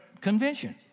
convention